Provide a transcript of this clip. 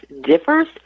differs